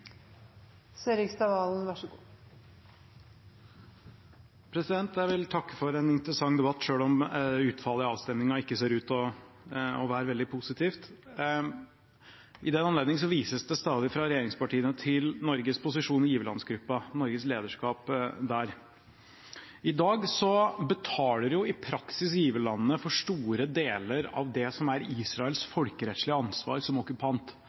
Jeg vil takke for en interessant debatt, selv om utfallet av avstemningen ikke ser ut til å bli veldig positivt. I den anledning vises det fra regjeringspartiene stadig til Norges posisjon i giverlandsgruppen – Norges lederskap der. I dag betaler i praksis giverlandene for store deler av det som er Israels folkerettslige ansvar som okkupant,